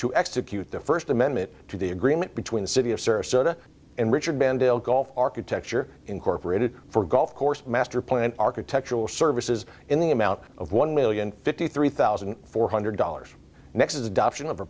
to execute the first amendment to the agreement between the city of sirte and richard mandel golf architecture incorporated for a golf course master plan architectural services in the amount of one million fifty three thousand four hundred dollars next adoption